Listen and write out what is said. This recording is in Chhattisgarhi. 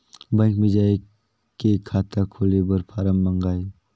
बैंक मे जाय के खाता खोले बर फारम मंगाय?